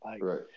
Right